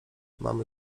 mamy